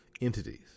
entities